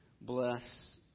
bless